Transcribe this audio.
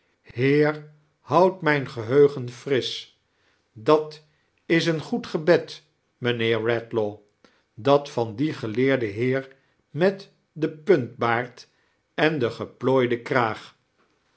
heer houd mijn geheugen friscb dat is een goed gebed mijnheer eedlaw dat van dien geleerden beer met den puntboard en den geplooiden kxaag